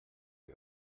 wir